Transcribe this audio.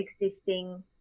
existing